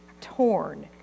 torn